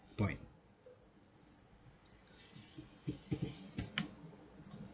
point